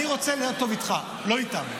אני רוצה להיות טוב איתך, לא איתם.